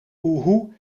oehoe